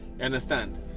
understand